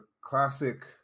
classic